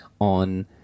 on